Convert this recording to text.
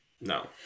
No